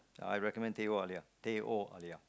I recommend teh O alia teh O alia